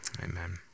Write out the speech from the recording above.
amen